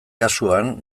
kasuan